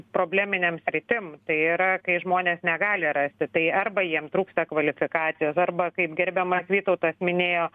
probleminėm sritim tai yra kai žmonės negali rasti tai arba jiem trūksta kvalifikacijos arba kaip gerbiamas vytautas minėjo